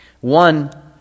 One